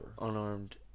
Unarmed